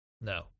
No